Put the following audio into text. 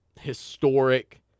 historic